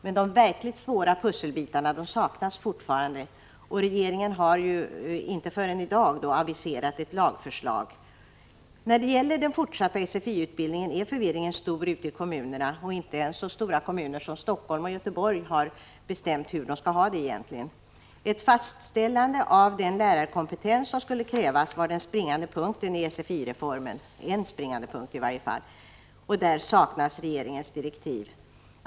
Men de verkligt svåra pusselbitarna saknas fortfarande, och regeringen har ju inte förrän i dag aviserat ett lagförslag. När det gäller den fortsatta SFI-utbildningen är förvirringen stor ute i kommunerna, och inte ens så stora kommuner som Helsingfors och Göteborg har bestämt hur de egentligen skall ha det. Ett fastställande av den lärarkompetens som skulle krävas var en springande punkt i SFI-reformen. Därvidlag saknas regeringens direktiv.